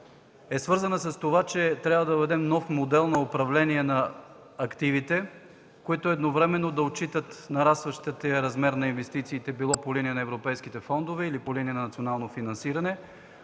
са свързани с това, че трябва да въведем нов модел на управление на активите, които едновременно да отчитат нарастващия размер на инвестициите било по линия на европейските фондове или по линия на национално финансиране,